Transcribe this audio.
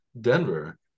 Denver